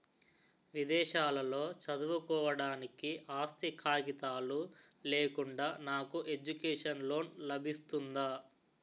విదేశాలలో చదువుకోవడానికి ఆస్తి కాగితాలు లేకుండా నాకు ఎడ్యుకేషన్ లోన్ లబిస్తుందా?